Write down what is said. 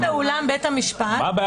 גם באולם בית המשפט --- מה הבעיה